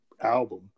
album